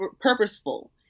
purposeful